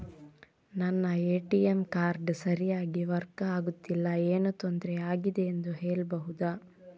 ನನ್ನ ATM card ಸರಿಯಾಗಿ work ಆಗುತ್ತಿಲ್ಲ, ಏನು ತೊಂದ್ರೆ ಆಗಿದೆಯೆಂದು ಹೇಳ್ಬಹುದಾ?